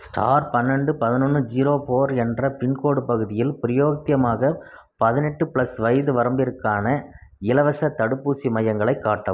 star பன்னெரெண்டு பதனொன்று zero four என்ற பின்கோடு பகுதியில் பிரயோத்தியமாக பதினெட்டு பிளஸ் வயது வரம்பிருக்கான இலவசத் தடுப்பூசி மையங்களை காட்டவும்